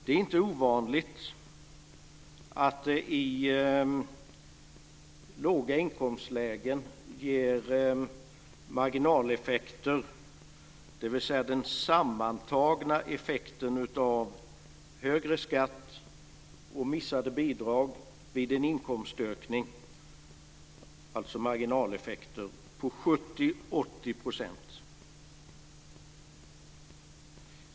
Det är inte ovanligt att det i låga inkomstlägen ger marginaleffekter, dvs. den sammantagna effekten av högre skatt och missade bidrag vid en inkomstökning, på 70-80 %.